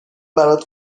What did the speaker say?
برات